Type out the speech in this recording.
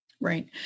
Right